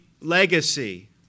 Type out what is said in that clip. legacy